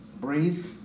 Breathe